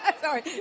Sorry